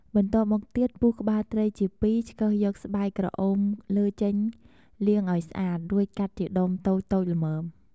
បន្ទាប់មកទៀត ពុះក្បាលត្រីជាពីរ ឆ្កឹះយកស្បែកក្រអូមលើចេញលាងឲ្យស្អាត រួចកាត់ជាដុំតូចៗល្មម។